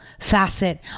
facet